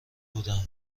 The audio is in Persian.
بودم